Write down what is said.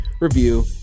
review